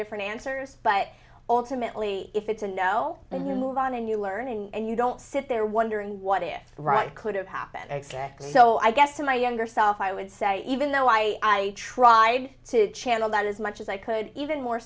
different answers but alternately if it's a no then you move on and you learn and you don't sit there wondering what is right could have happened exactly so i guess in my younger self i would say even though i tried to channel that as much as i could even more